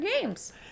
games